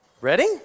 Ready